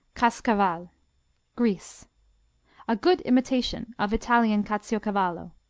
caskcaval greece a good imitation of italian caciocavallo.